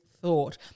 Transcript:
thought